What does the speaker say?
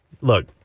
Look